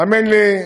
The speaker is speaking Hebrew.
האמן לי,